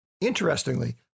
Interestingly